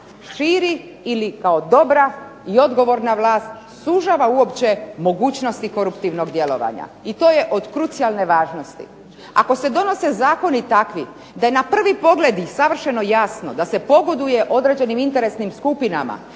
širi ili kao dobra i odgovorna vlast sužava uopće mogućnosti koruptivnog djelovanja i to je od krucijalne važnosti. Ako se donose zakoni takvi da je na prvi pogled i savršeno jasno da se pogoduje određenim interesnim skupinama,